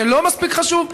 זה לא מספיק חשוב?